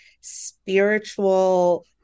spiritual